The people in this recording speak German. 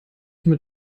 mit